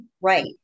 right